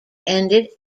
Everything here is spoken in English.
ended